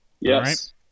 Yes